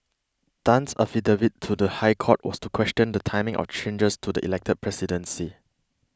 Tan's affidavit to the High Court was to question the timing of changes to the elected presidency